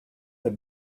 have